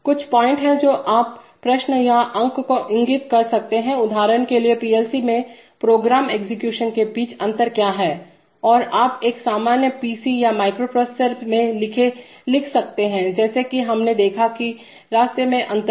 कुछ पॉइंट हैं जो आप प्रश्न या अंक को इंगित कर सकते हैं उदाहरण के लिए पीएलसी में प्रोग्राम एग्जीक्यूशन के बीच अंतर क्या है और आप एक सामान्य पीसी या माइक्रोप्रोसेसर में लिख सकते हैं जैसा कि हमने देखा है कि रास्ते में अंतर